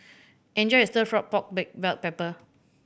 enjoy your Stir Fry pork with black pepper